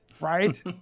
right